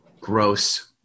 Gross